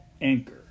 Anchor